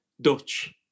Dutch